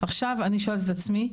עכשיו אני שואלת את עצמי,